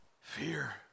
Fear